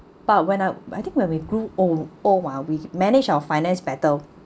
but when I but I think when we grew old all while we manage our finance better